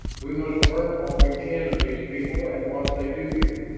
we must learn all we can of these people and what they do here.